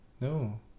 no